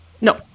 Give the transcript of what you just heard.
No